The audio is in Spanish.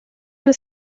del